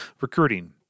Recruiting